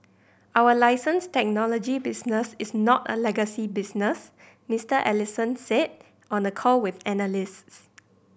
our license technology business is not a legacy business Mister Ellison said on a call with analysts